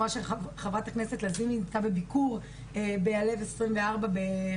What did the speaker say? חברת הכנסת נעמה לזימי הייתה אצלינו בביקור ב"הלב 24" בחיפה,